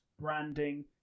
branding